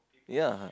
ya